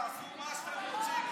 תעשו מה שאתם רוצים,